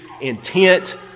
intent